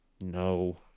No